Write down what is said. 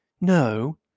No